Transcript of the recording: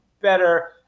better